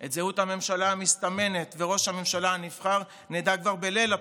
את זהות הממשלה המסתמנת וראש הממשלה הנבחר נדע כבר בליל הבחירות.